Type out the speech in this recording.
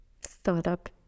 startup